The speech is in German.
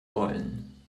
wollen